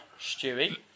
Stewie